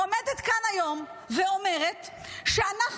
עומדת כאן היום ואומרת שאנחנו,